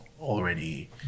already